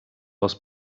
aus